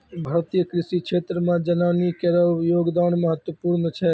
भारतीय कृषि क्षेत्रो मे जनानी केरो योगदान महत्वपूर्ण छै